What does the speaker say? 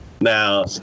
now